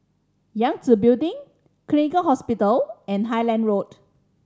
Yangtze Building Gleneagles Hospital and Highland Road